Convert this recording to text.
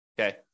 Okay